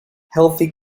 healthy